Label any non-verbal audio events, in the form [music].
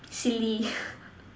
silly [breath]